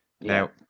Now